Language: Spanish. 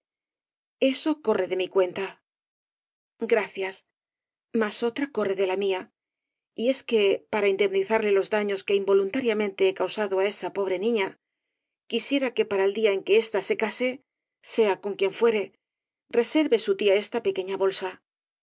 eso corre de mi cuenta gracias mas otra corre de la mía y es que para indemnizarle los daños que involuntariamente he causado á esa pobre niña quisiera que para el día en que ésta se case sea con quien fuere reserve su tía esta pequeña bolsa